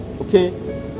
okay